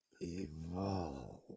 Evolve